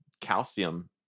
calcium